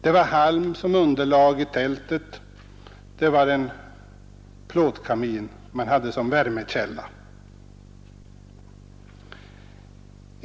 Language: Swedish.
Det var halm som underlag i tältet, och det var en plåtkamin man hade som värmekälla.